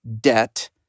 debt